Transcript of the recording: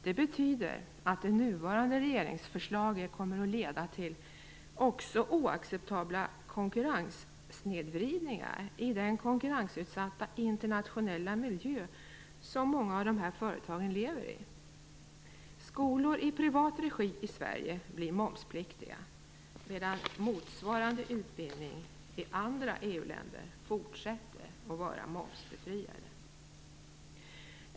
Det betyder att det nuvarande regeringsförslaget också kommer att leda till oacceptabla konkurrenssnedvridningar i den konkurrensutsatta internationella miljö som många av dessa företag lever i. Skolor i privat regi i Sverige blir momspliktiga, medan motsvarande utbildningar i andra EU-länder fortsätter att vara momsbefriade.